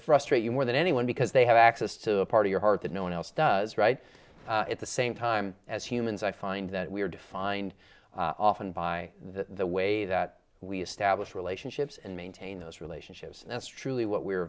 frustrate you more than anyone because they have access to a part of your heart that no one else does right at the same time as humans i find that we are defined often by the way that we establish relationships and maintain those relationships and that's truly what we